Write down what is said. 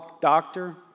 doctor